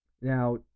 now